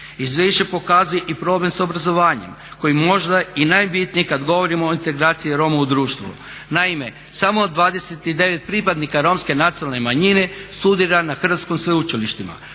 Izvješće pokazuje i problem sa obrazovanjem koji je možda i najbitnije kad govorimo o integraciji Roma u društvu. Naime, samo 29 pripadnika romske nacionalne manjine studira na hrvatskim sveučilištima.